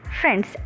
Friends